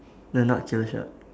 no not killshot